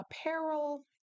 apparel